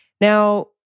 Now